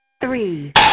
three